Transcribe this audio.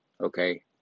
Okay